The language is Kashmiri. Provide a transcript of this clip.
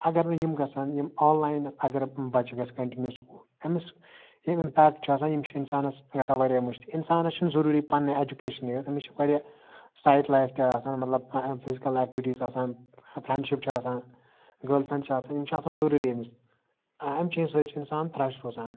اگر نہٕ یِم گَژھَن یِم آن لاینَس اگر بَچہِ گَژھِ کَنٹِنیو سُکول أمِس یِم یِم امپیٚکٹ چھِ آسان یِم چھِ اِنسانَس گَژھان واریاہ مٔشدی اِنسانَس چھُ نہٕ ضوٚروٗری پَننہِ ایٚجُکیشنے یٲژ أمِس چھ واریاہ سایڈ لایف تہِ آسان مَطلَب فِزکَل ایٚکٹِوِٹیٖز آسان فرنڈشِپ چھ آسان گرل فرٮ۪نڈ چھِ آسان یِم چھِ آسان ضوٚروٗری أمِس امہِ چیٖز سۭتۍ چھُ اِنسان فریٚش روزان